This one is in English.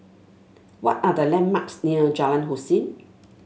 what are the landmarks near Jalan Hussein